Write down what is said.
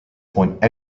point